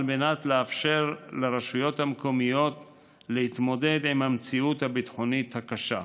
על מנת לאפשר לרשויות המקומיות להתמודד עם המציאות הביטחונית הקשה.